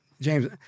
James